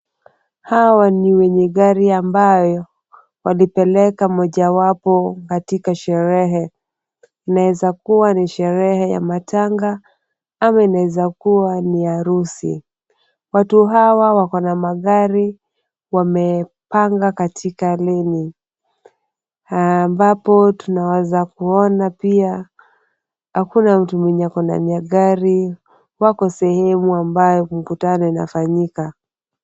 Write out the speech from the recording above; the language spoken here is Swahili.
Hawa ni wenye gari ambayo walipeleka mojawapo katika sherehe, inaweza kuwa ni sherehe ya matanga ama inaweza kuwa ni harusi. Watu hawa wako na magari wamepanga katika laini, ambapo tunaweza kuona pia hakuna mtu mwenye ako ndani ya gari, wako sehemu ambayo mkutano unafanyika.